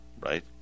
Right